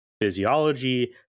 physiology